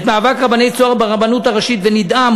מאבק רבני 'צהר' ברבנות הראשית ונדהם,